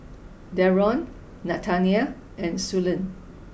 Darron Nathanael and Suellen